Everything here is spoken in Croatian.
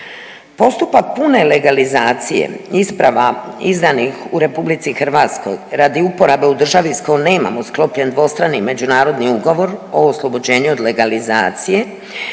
Postupak pune legalizacije isprava izdanih u RH radi uporabe u državi s kojom nemamo sklopljen dvostrani međunarodni ugovor o oslobođenju od legalizacije